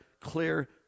clear